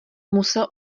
musel